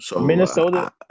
Minnesota